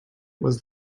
was